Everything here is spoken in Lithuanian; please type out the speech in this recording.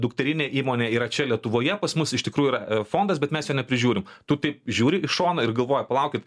dukterinė įmonė yra čia lietuvoje pas mus iš tikrųjų yra e fondas bet mes jo neprižiūrim tupi žiūri į šoną ir galvoji palaukit